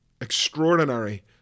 extraordinary